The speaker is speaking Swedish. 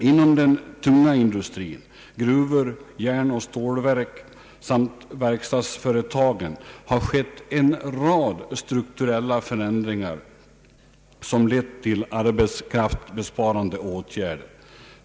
Inom den tunga industrin, gruvor, järnoch stålverk samt verkstadsföretag har skett en rad struktuella förändringar som lett till arbetskraftsbesparande åtgärder.